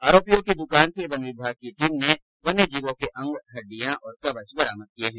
आरोपियों की दुकान से वन विभाग की टीम ने वन्य जीवों के अंग हड्डियां और कवच बरामद किये है